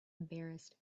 embarrassed